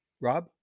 rob